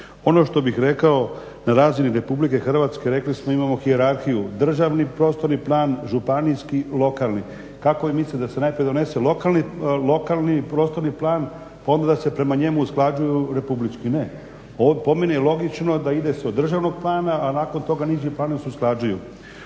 Ono što bih rekao na razini RH rekli smo imamo hijerarhiju državnih prostorni plan, županijski, lokalni, kako je mislilo da se nekad donese lokalni prostorni plan pa da onda da se prema njemu usklađuju republički, ne. On spominje logično da ide se od državnog plana a nakon toga niži planovi se usklađuju.